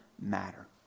matter